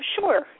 Sure